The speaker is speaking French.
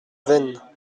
veynes